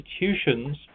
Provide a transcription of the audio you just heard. institutions